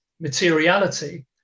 materiality